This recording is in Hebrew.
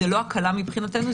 זו לא הקלה מבחינתנו,